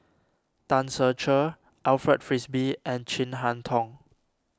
Tan Ser Cher Alfred Frisby and Chin Harn Tong